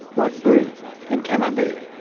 like brie and camembert.